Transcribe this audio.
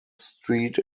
street